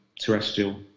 terrestrial